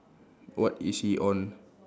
what is he on